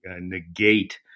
negate